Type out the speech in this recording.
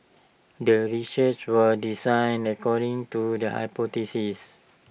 the research was designed according to the hypothesis